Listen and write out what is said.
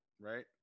right